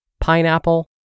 pineapple